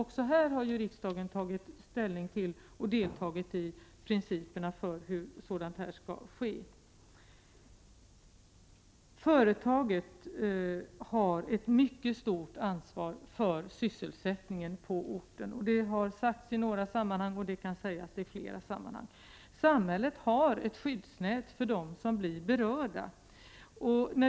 Även här har riksdagen tagit ställning och deltagit i diskussionerna om principerna för hur sådant skall ske. Företaget har ett mycket stort ansvar för sysselsättningen på orten; det har sagts i några sammanhang och det kan sägas i flera. Men samhället har ett skyddsnät för dem som blir berörda.